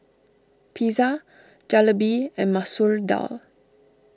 Pizza Jalebi and Masoor Dal